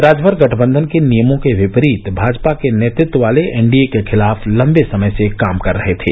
राजभर गठबंधन के नियमों के विपरीत भाजपा के नेतत्व वाले एनडीए के खिलाफ लम्बे समय से काम कर रहे थे